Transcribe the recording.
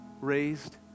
raised